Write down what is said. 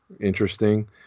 interesting